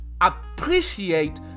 appreciate